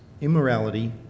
immorality